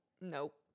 Nope